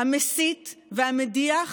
המסית והמדיח,